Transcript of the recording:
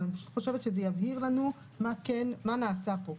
אני פשוט חושבת שזה יבהיר לנו מה נעשה פה,